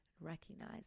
recognize